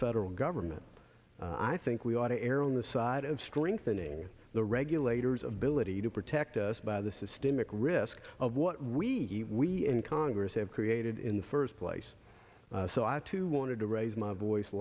federal government i think we ought to err on the side of strengthening the regulators ability to protect us by the systemic risk of what we in congress have created in the first place so i too want to raise my voice